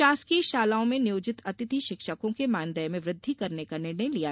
शासकीय शालाओं में नियोजित अतिथि शिक्षकों के मानदेय में वृद्धि करने का निर्णय लिया